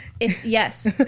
Yes